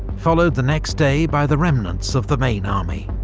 followed the next day by the remnants of the main army.